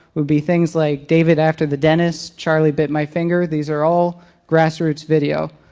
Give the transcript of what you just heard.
would be things like david after the dentist. charlie bit my finger. these are all grassroots video.